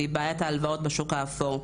והיא בעיית ההלוואות בשוק האפור,